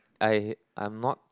I I'm not